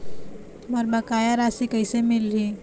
मोर बकाया राशि कैसे मिलही?